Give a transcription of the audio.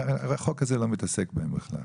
החוק זה לא מתעסק בהם בכלל.